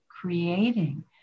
creating